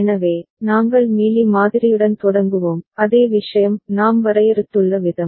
எனவே நாங்கள் மீலி மாதிரியுடன் தொடங்குவோம் அதே விஷயம் நாம் வரையறுத்துள்ள விதம்